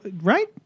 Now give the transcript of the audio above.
Right